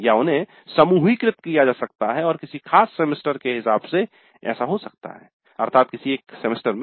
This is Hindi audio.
या उन्हें समूहीकृत किया जा सकता है और किसी खास सेमेस्टर के हिसाब से हो सकता है अर्थत किसी एक सेमेस्टर में